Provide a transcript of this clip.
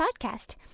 podcast